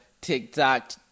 TikTok